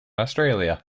australia